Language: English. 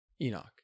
Enoch